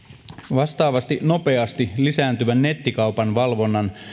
vastaavasti nopeasti lisääntyvän nettikaupan valvonnan